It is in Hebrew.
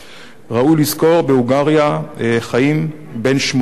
ראוי לזכור, בהונגריה חיים בין 80,000